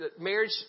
Marriage